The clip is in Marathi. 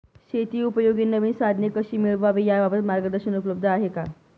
शेतीउपयोगी नवीन साधने कशी मिळवावी याबाबत मार्गदर्शन उपलब्ध आहे का?